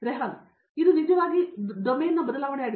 ರೆಹನ್ ನನಗೆ ನಿಜವಾಗಿ ಇದು ಡೊಮೇನ್ನ ಬದಲಾವಣೆಯಾಗಿದೆ